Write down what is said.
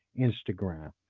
Instagram